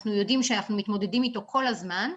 אנחנו יודעים שאנחנו מתמודדים איתו כל הזמן.